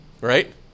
right